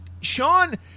Sean